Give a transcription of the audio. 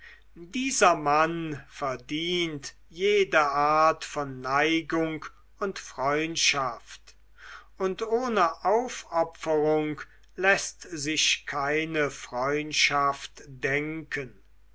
dieser mann verdient jede art von neigung und freundschaft und ohne aufopferung läßt sich keine freundschaft denken